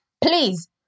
Please